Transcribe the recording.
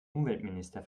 umweltminister